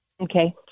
Okay